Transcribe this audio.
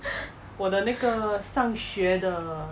我的那个上学的